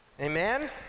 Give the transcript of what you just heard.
Amen